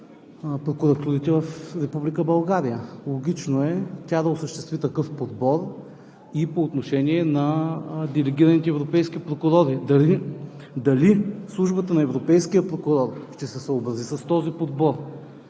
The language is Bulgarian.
прокуратурите в Република България, логично е тя да осъществи такъв подбор и по отношение на делегираните европейски прокурори. Дали Службата на европейския прокурор ще се съобрази с този подбор,